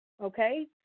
Okay